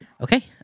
okay